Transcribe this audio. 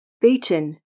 beaten